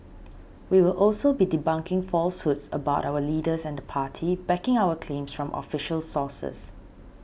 we will also be debunking falsehoods about our leaders and the party backing our claims from official sources